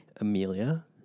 Amelia